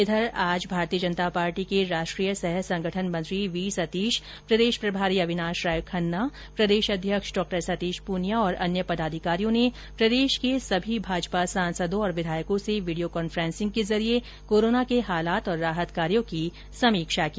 इधर आज भारतीय जनता पार्टी के राष्ट्रीय सह संगठन मंत्री वी सतीश प्रदेश प्रभारी अविनाश राय खन्ना प्रदेश अध्यक्ष डासतीश पूनियाँ एवं अन्य पदाधिकारियों ने प्रदेश के सभी भाजपा सांसदो विधायकों से वीडियो कॉन्फ्रेसिंग के जरिए कोरोना के हालात और राहत कार्यो की समीक्षा की